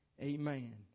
Amen